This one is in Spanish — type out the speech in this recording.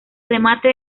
remate